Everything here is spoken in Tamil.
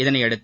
இதனையடுத்து